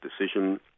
decision